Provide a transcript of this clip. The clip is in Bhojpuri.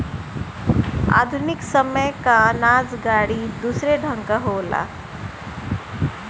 आधुनिक समय कअ अनाज गाड़ी दूसरे ढंग कअ होला